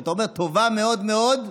כשאתה אומר "טובה מאוד מאוד",